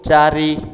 ଚାରି